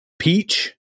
peach